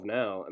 now